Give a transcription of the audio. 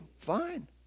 fine